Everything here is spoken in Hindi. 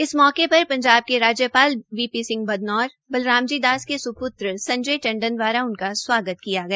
इस मौके पर पंजाब के राज्यपाल बी पी सिंह बदनौर बलराम जी दास के स्प्त्र संजय टंडन द्वारा उनका स्वागत किया गया